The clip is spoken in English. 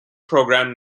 program